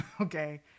okay